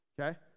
okay